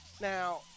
Now